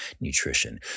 nutrition